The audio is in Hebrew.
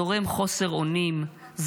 זורם חוסר אונים,